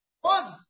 one